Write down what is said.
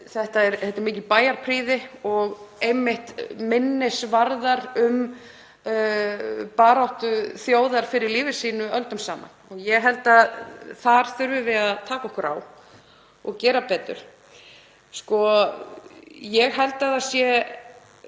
eru mikil bæjarprýði og minnisvarðar um baráttu þjóðar fyrir lífi sínu öldum saman. Ég held að þar þurfum við að taka okkur á og gera betur. Ég ætla að